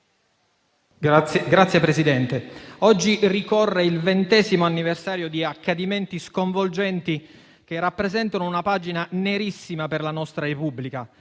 Signor Presidente, ricorre oggi il ventesimo anniversario di accadimenti sconvolgenti che rappresentano una pagina nerissima per la nostra Repubblica: